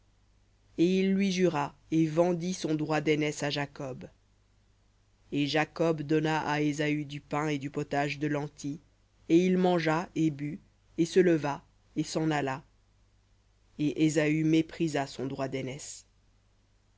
et il lui jura et vendit son droit d'aînesse à jacob et jacob donna à ésaü du pain et du potage de lentilles et il mangea et but et se leva et s'en alla et ésaü méprisa son droit d'aînesse